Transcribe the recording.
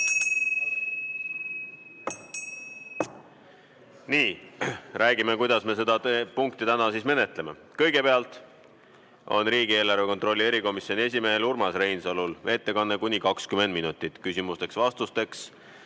Räägime, kuidas me seda punkti täna menetleme. Kõigepealt on riigieelarve kontrolli erikomisjoni esimehe Urmas Reinsalu ettekanne kuni 20 minutit, küsimusteks-vastusteks